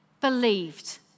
believed